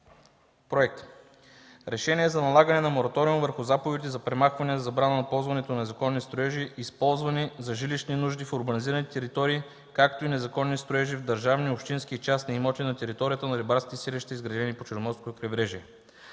„Проект! РЕШЕНИЕ за налагане на мораториум върху заповедите за премахване и за забрана на ползването на незаконни строежи, използвани за жилищни нужди в урбанизираните територии, както и незаконни строежи в държавни, общински и частни имоти на територията на рибарските селища, изградени по Черноморското крайбрежие